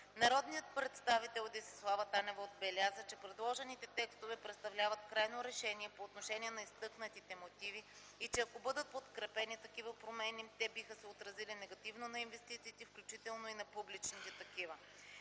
Народният представител Десислава Танева отбеляза, че предложените текстове представляват крайно решение по отношение на изтъкнатите мотиви и че ако бъдат подкрепени такива промени, те биха се отразили негативно на инвестициите, включително и на публичните такива.